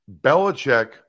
Belichick